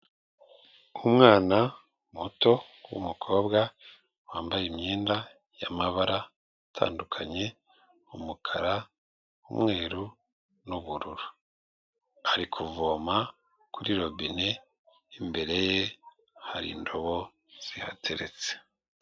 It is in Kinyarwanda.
Umwana muto w'umukobwa, wambaye imyenda y'amabara atandukanye, umukara, umweru n'ubururu, ari kuvoma kuri robine imbere ye hari indobo zihateretse.